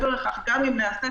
מעבר לכך, גם אם נעשית